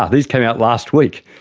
ah these came out last week.